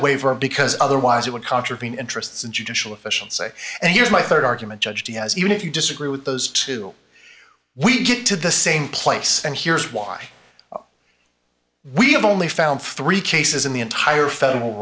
waiver because otherwise it would contravene interests and judicial efficiency and here's my rd argument judge he has even if you disagree with those two we get to the same place and here's why we have only found three cases in the entire federal